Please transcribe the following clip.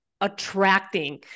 attracting